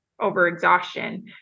overexhaustion